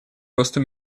росту